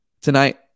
tonight